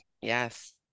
yes